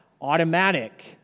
automatic